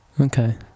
Okay